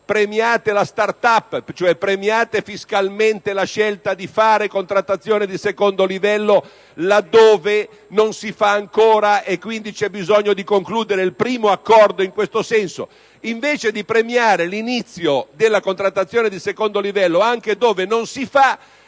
premiare lo *start-up*, cioè la scelta di fare contrattazione di secondo livello là dove non si fa ancora; pertanto c'è bisogno di concludere il primo accordo in questo senso. Invece di premiare l'inizio della contrattazione di secondo livello anche dove non si fa,